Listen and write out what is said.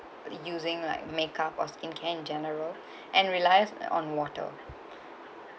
using like makeup or skincare in general and relies on water